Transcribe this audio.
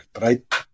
right